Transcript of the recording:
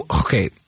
okay